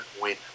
win